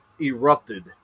erupted